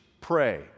pray